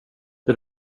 det